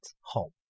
home